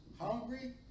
hungry